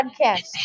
podcast